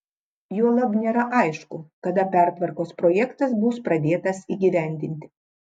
juolab nėra aišku kada pertvarkos projektas bus pradėtas įgyvendinti